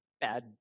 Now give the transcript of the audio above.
Bad